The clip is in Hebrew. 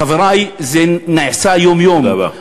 חברי, זה נעשה יום-יום, תודה רבה.